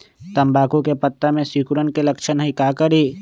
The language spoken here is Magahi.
तम्बाकू के पत्ता में सिकुड़न के लक्षण हई का करी?